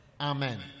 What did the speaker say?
Amen